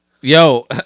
Yo